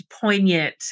poignant